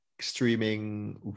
streaming